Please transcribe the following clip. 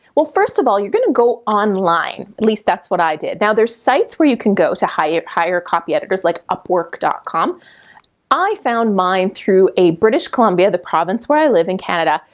well, first of all, you're gonna go online. at least, that's what i did. now, there's sites where you can go to hire hire copy editors like upwork dot com i found mine through a british columbia, the providence where i live in canada,